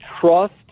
trust